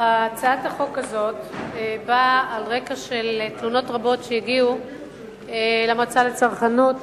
הצעת החוק הזאת באה על רקע תלונות רבות שהגיעו למועצה לצרכנות